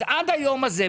אז עד היום הזה,